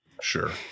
sure